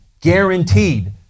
guaranteed